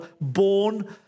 born